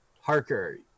Harker